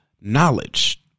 knowledge